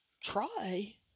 try